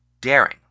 daring